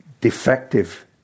defective